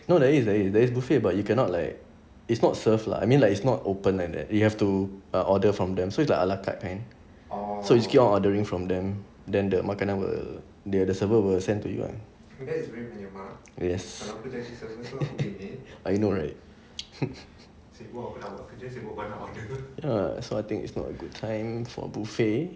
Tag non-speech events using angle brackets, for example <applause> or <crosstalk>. no there is there is buffet but you cannot like it's not serve lah I mean like it's not open and you have to order from them so it's like a la carte kind so you keep on ordering from them then the makanan will dia ada server will send to you yes <laughs> I know right <laughs> ya so I think it's not a good time for buffet